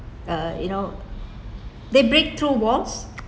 uh you know they breakthrough walls